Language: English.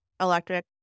Electric